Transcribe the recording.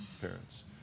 parents